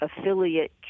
affiliate